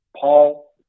Paul